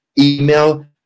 email